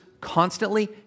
constantly